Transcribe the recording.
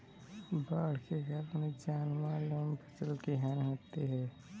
बाढ़ के कारण जानमाल एवं फसल की हानि होती है